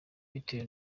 bitewe